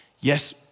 Yes